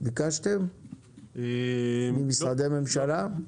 ביקשתם ממשרדי ממשלה?